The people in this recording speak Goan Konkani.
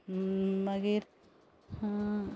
मागीर